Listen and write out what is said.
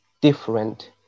different